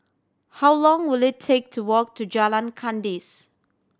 how long will it take to walk to Jalan Kandis